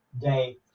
day